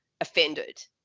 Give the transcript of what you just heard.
offended